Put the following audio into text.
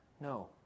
No